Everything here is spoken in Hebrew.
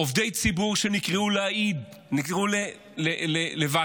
עובדי ציבור שנקראו להעיד, נקראו לוועדה